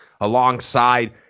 alongside